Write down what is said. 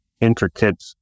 intricate